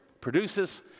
produces